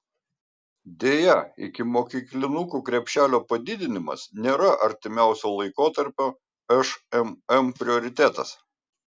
deja ikimokyklinukų krepšelio padidinimas nėra artimiausio laikotarpio šmm prioritetas